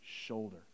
shoulder